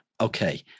Okay